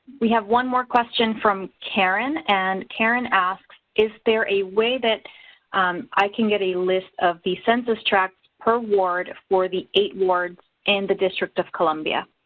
we have one more question from karen, and karen asks is there a way that i can get a list of the census tracts per ward for the eight ward's in the district of columbia?